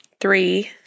three